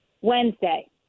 Wednesday